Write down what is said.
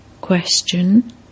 Question